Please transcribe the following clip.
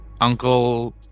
uncle